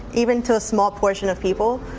even to a small portion of people,